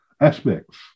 Aspects